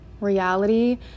reality